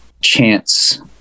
chance